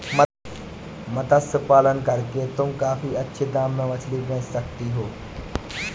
मत्स्य पालन करके तुम काफी अच्छे दाम में मछली बेच सकती हो